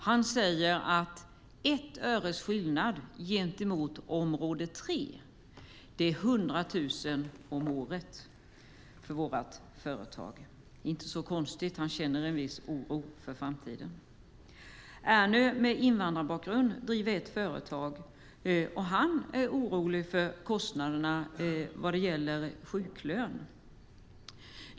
Han säger att ett öres skillnad gentemot område 3 innebär 100 000 kronor om året för hans företag. Det är inte konstigt att han känner en viss oro för framtiden. Andy med invandrarbakgrund driver ett företag. Han är orolig för kostnaderna när det gäller sjuklön.